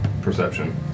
perception